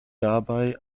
dabei